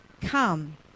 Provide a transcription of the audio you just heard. Come